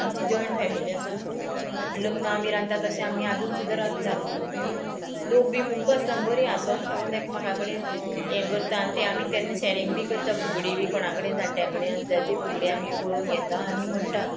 आमची joint family आसा लग्न आमी रांदता तशें आमी आजून सुद्दां रांदता आनी लोक बी खूब बसता बरी हांसोन खेळोन एकामेका कडेन हें करता आनी तें आमी तेन्ना शेरिंग बी करता फुगडी बी कोणा कडेन जाणट्या कडेन आसल्यार ती फुगडी आमी बरोवन घेता आनी म्हणटा